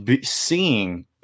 seeing